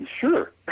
sure